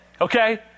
okay